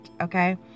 okay